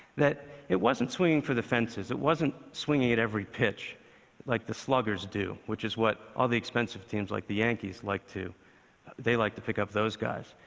that it wasn't swinging for the fences, it wasn't swinging at every pitch like the sluggers do, which is what all the expensive teams like the yankees like to they like to pick up those guys.